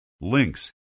links